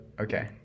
Okay